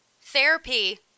therapy